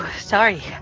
Sorry